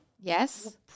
Yes